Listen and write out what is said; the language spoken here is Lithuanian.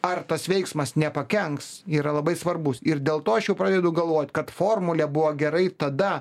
ar tas veiksmas nepakenks yra labai svarbus ir dėl to aš jau pradedu galvot kad formulė buvo gerai tada